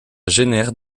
génère